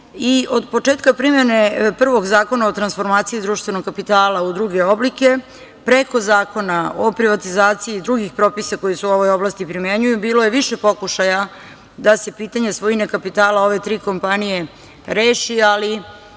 od početka primene prvog Zakona o transformaciji društvenog kapitala u druge oblike, preko Zakona o privatizaciji i drugih propisa koji se u ovoj oblasti primenjuju, bilo je više pokušaja da se pitanja svojine kapitala ove tri kompanije reši, ali